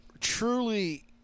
truly